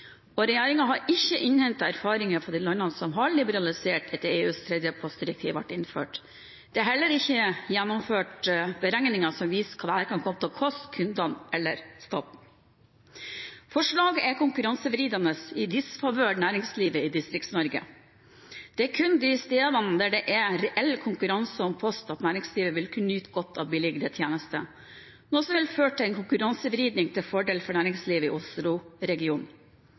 har ikke innhentet erfaringer fra de landene som har liberalisert etter at EUs tredje postdirektiv ble innført. Det er heller ikke gjennomført beregninger som viser hva dette kan komme til å koste kundene eller staten. Forslaget er konkurransevridende i disfavør næringslivet i Distrikts-Norge. Det er kun de stedene der det er reell konkurranse om post, at næringslivet vil kunne nyte godt av billigere tjenester, noe som vil føre til en konkurransevridning til fordel for næringslivet i